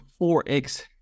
4X